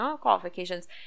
qualifications